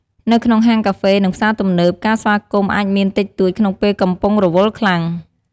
នៅក្នុងហាងកាហ្វេ និងផ្សារទំនើប ការស្វាគមន៍អាចមានតិចតួចក្នុងពេលកំពុងរវល់ខ្លាំង។